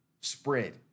spread